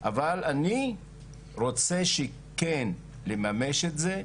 אבל אני רוצה כן לממש את זה,